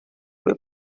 kui